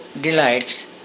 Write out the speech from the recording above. delights